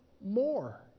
more